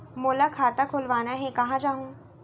मोला खाता खोलवाना हे, कहाँ जाहूँ?